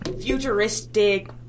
futuristic